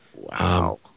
Wow